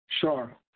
Sure